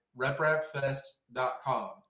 Reprapfest.com